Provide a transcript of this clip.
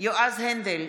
יועז הנדל,